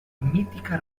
mítica